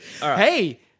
Hey